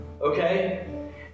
Okay